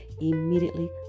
immediately